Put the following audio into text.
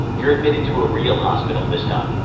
you're admitted to a real hospital this time.